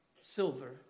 silver